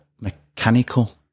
mechanical